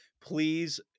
please